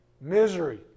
Misery